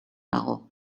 dago